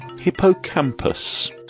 hippocampus